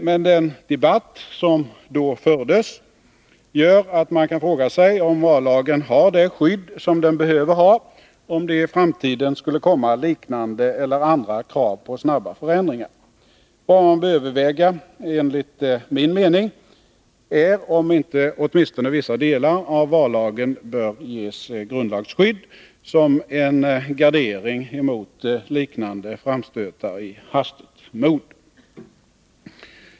Men den debatt som då fördes gör att man kan fråga sig om vallagen har det skydd som den behöver ha, ifall det i framtiden skulle komma liknande eller andra krav på snabba förändringar. Vad man bör överväga är enligt min mening om inte åtminstone vissa delar av vallagen bör ges grundlagsskydd, som en gardering mot liknande framstötar i hastigt mod.